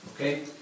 Okay